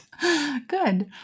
Good